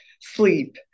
sleep